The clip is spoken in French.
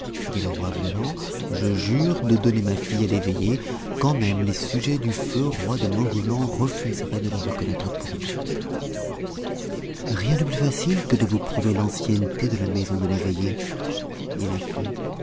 dit le roi violent je jure de donner ma fille à l'eveillé quand même les sujets du feu roi de mogolan refuseraient de le reconnaître pour maître rien de plus facile que de vous prouver l'ancienneté de la maison de l'eveillé dit la fée